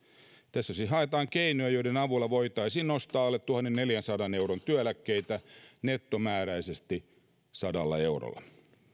tässä siis haetaan keinoja joiden avulla voitaisiin nostaa alle tuhannenneljänsadan euron työeläkkeitä nettomääräisesti sadalla eurolla